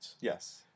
Yes